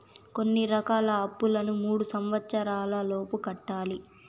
కొన్ని రకాల అప్పులను మూడు సంవచ్చరాల లోపు కట్టాలి